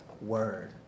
word